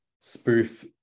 spoof